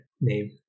name